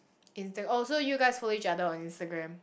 insta~ oh so you guys follow each other on Instagram